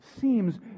seems